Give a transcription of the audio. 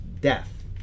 death